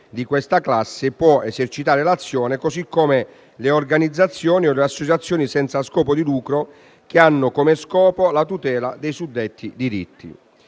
della classe può esercitare l'azione, così come le organizzazioni o le associazioni senza scopo di lucro che hanno come fine la tutela dei suddetti diritti.